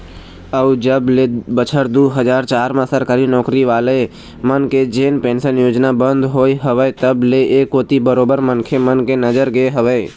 अउ जब ले बछर दू हजार चार म सरकारी नौकरी वाले मन के जेन पेंशन योजना बंद होय हवय तब ले ऐ कोती बरोबर मनखे मन के नजर गे हवय